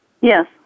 Yes